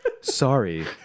Sorry